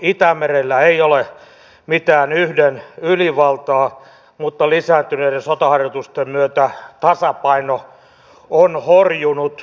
itämerellä ei ole mitään yhden ylivaltaa mutta lisääntyneiden sotaharjoitusten myötä tasapaino on horjunut